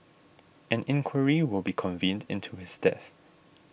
an inquiry will be convened into his death